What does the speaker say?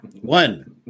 one